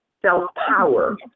Self-power